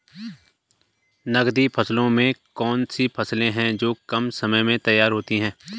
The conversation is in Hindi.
नकदी फसलों में कौन सी फसलें है जो कम समय में तैयार होती हैं?